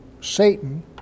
Satan